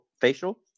facial